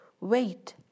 Wait